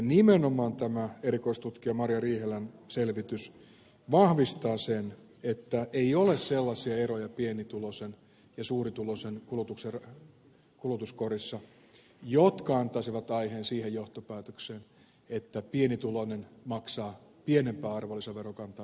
nimenomaan tämä erikoistutkija marja riihelän selvitys vahvistaa sen että ei ole sellaisia eroja pienituloisen ja suurituloisen kulutuskorissa jotka antaisivat aiheen siihen johtopäätökseen että pienituloinen maksaa pienempää arvonlisäverokantaa kuin suurituloinen